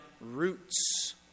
roots